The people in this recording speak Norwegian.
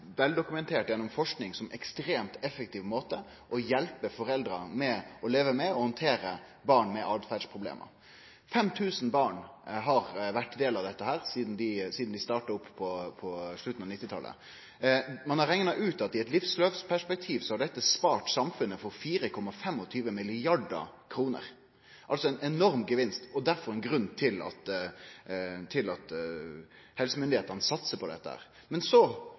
gjennom forsking som ein ekstremt effektiv måte å hjelpe foreldra til å leve med og handtere barn med åtferdsproblem. 5 000 barn har vore ein del av dette programmet sidan dei starta opp på slutten av 1990-talet. Ein har rekna ut at i eit livsløpsperspektiv har dette spart samfunnet for 4,25 mrd. kr – altså ein enorm gevinst, og derfor ein grunn til at helsemyndigheitene satsar på dette.